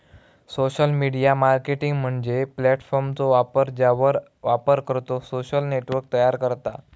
social media marketing म्हणजे प्लॅटफॉर्मचो वापर ज्यावर वापरकर्तो सोशल नेटवर्क तयार करता